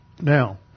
Now